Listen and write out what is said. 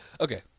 Okay